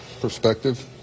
perspective